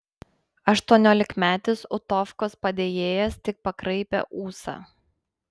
aštuoniolikmetis utovkos padėjėjas tik pakraipė ūsą